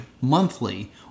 monthly